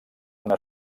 una